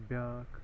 بیاکھ